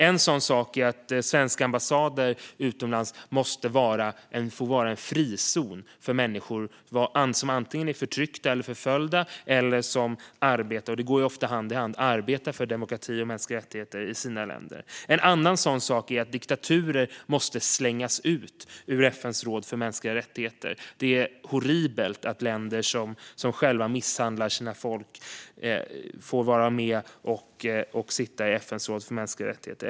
En sådan sak är att svenska ambassader utomlands måste få vara frizoner för människor som är antingen förtryckta eller förföljda eller som arbetar för demokrati och mänskliga rättigheter i sina länder; det går ju ofta hand i hand. En annan sådan sak är att diktaturer måste slängas ut ur FN:s råd för mänskliga rättigheter. Det är horribelt att länder som själva misshandlar sina folk får sitta med i FN:s råd för mänskliga rättigheter.